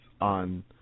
on